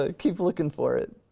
ah keep looking for it.